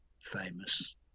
famous